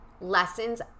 lessons